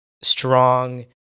strong